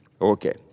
Okay